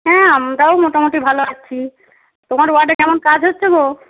হ্যাঁ আমরাও মোটামুটি ভালো আছি তোমার ওয়ার্ডে কেমন কাজ হচ্ছে গো